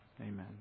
amen